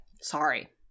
Sorry